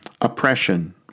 oppression